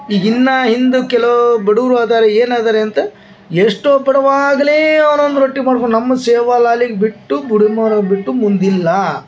ಇದನ್ನ ಹಿಂದೆ ಕೆಲೋ ಬಡುವ್ರು ಅದಾರ ಏನು ಅದಾರೆ ಅಂತ ಎಷ್ಟೋ ಬಡುವಾಗ್ಲೇ ಅವ್ನೊಂದು ನಮ್ಮ ಶಿವಲಾಲಿಗೆ ಬಿಟ್ಟು ಬುಡುಮಾರಿಗೆ ಬುಟ್ಟು ಮುಂದಿಲ್ಲ